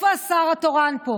איפה השר התורן פה?